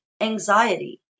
anxiety